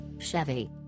Chevy